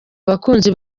abakunzi